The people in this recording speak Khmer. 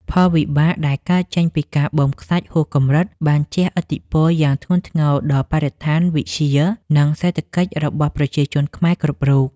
ផលវិបាកដែលកើតចេញពីការបូមខ្សាច់ហួសកម្រិតបានជះឥទ្ធិពលយ៉ាងធ្ងន់ធ្ងរដល់បរិស្ថានវិទ្យា និង សេដ្ឋកិច្ចរបស់ប្រជាជនខ្មែរគ្រប់រូប។